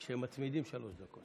כשמצמידים, שלוש דקות.